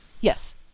Yes